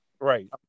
Right